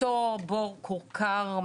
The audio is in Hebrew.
אותו בור כורכר,